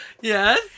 Yes